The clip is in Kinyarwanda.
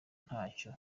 ntacyo